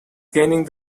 gaining